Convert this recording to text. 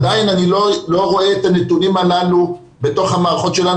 עדיין אני לא רואה את הנתונים הללו בתוך המערכות שלנו,